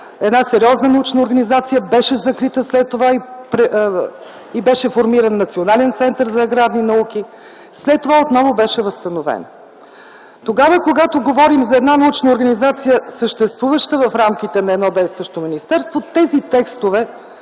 една сериозна научна организация, беше закрита, след това беше формиран Национален център за аграрни науки, след това отново беше възстановен. Тогава, когато говорим за една научна организация съществуваща в рамките на едно действащо министерство, тези текстове